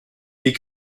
est